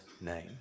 name